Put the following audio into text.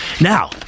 Now